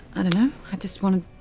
i don't know, i just wanted.